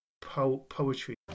poetry